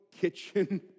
Kitchen